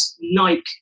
Nike